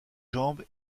jambe